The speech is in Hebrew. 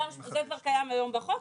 זה כבר קיים היום בחוק,